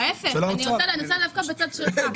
להפך, אני רוצה דווקא בצד שלך.